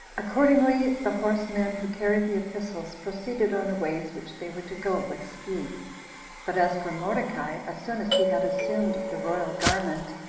accordingly, the horsemen who carried the epistles proceeded on the ways which they were to go with speed but as for mordecai, as soon as he had assumed the royal garment,